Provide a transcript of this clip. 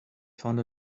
found